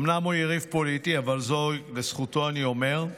אומנם הוא יריב פוליטי, אבל לזכותו אני אומר,